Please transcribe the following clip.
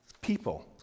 People